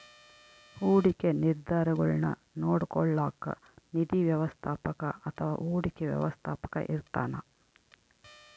ಹೂಡಿಕೆ ನಿರ್ಧಾರಗುಳ್ನ ನೋಡ್ಕೋಳೋಕ್ಕ ನಿಧಿ ವ್ಯವಸ್ಥಾಪಕ ಅಥವಾ ಹೂಡಿಕೆ ವ್ಯವಸ್ಥಾಪಕ ಇರ್ತಾನ